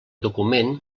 document